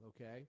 okay